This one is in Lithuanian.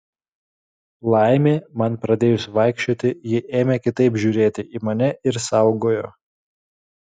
laimė man pradėjus vaikščioti ji ėmė kitaip žiūrėti į mane ir saugojo